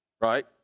right